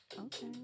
Okay